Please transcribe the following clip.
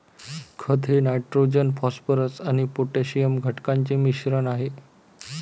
खत हे nitrogen phosphorus आणि पोटॅशियम घटकांचे मिश्रण आहे